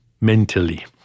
mentally